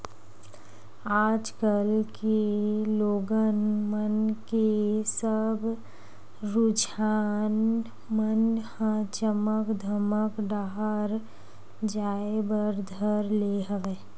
आज कल के लोगन मन के सब रुझान मन ह चमक धमक डाहर जाय बर धर ले हवय